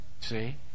see